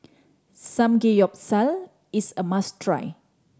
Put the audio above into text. samgeyopsal is a must try